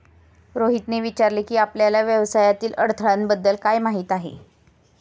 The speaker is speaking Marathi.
रोहितने विचारले की, आपल्याला व्यवसायातील अडथळ्यांबद्दल काय माहित आहे?